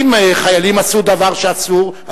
אם חיילים עשו דבר שאסור,